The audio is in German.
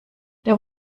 der